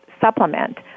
supplement